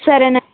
సరే అండి